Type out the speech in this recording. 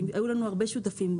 היו לנו הרבה שותפים,